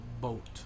boat